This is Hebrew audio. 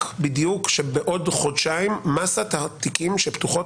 בדיוק שבעוד חודשיים מסת התיקים שפתוחים